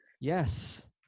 yes